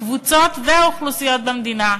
הקבוצות והאוכלוסיות במדינה,